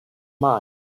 mind